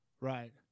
Right